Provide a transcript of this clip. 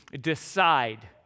decide